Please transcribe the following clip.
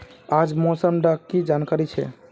आज मौसम डा की जानकारी छै?